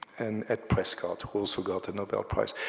and ed prescott, who also got a nobel prize.